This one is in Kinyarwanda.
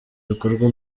bikorwa